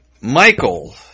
Michael